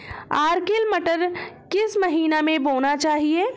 Arkel मटर किस महीना में बोना चाहिए?